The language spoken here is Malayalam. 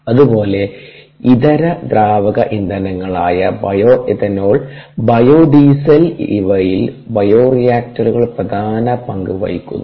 അതുപോലെ ഇതര ദ്രാവക ഇന്ധനങ്ങളായ ബയോഇഥനോൾ ബയോഡീസൽ അവയിൽ ബയോറിയാക്ടറുകൾ പ്രധാന പങ്ക് വഹിക്കുന്നു